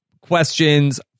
questions